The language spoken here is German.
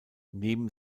neben